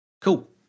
Cool